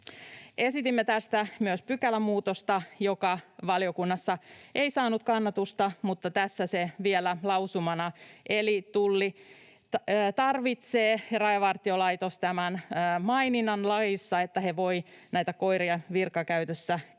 Esitimme tästä myös pykälämuutosta, joka valiokunnassa ei saanut kannatusta, mutta tässä se on vielä lausumana. Eli Tulli ja Rajavartiolaitos tarvitsevat tämän maininnan laissa, että he voivat näitä koiria virkakäytössä käyttää.